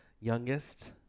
youngest